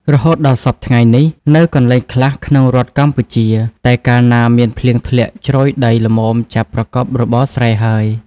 រហូតដល់សព្វថ្ងៃនេះ នៅកន្លែងខ្លះក្នុងរដ្ឋកម្ពុជា តែកាលណាមានភ្លៀងធ្លាក់ជ្រោយដីល្មមចាប់ប្រកបរបរស្រែហើយ។